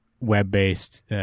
web-based